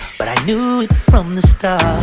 but i knew it from the start